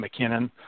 McKinnon